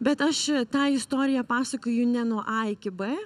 bet aš tą istoriją pasakoju ne nuo a iki b